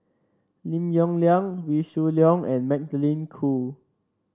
Lim Yong Liang Wee Shoo Leong and Magdalene Khoo